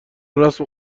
رسم